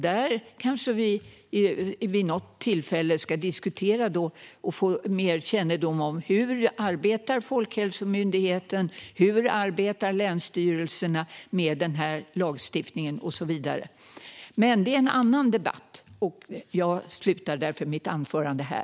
Vi kanske vid något tillfälle ska diskutera och få mer kännedom om hur Folkhälsomyndigheten och länsstyrelserna arbetar med denna lagstiftning och så vidare. Men det är en annan debatt, och jag slutar därför mitt anförande här.